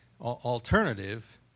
alternative